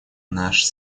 наши